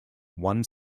one